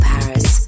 Paris